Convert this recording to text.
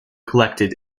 collected